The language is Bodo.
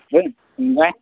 ओमफ्राय